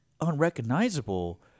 unrecognizable